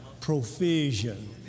Provision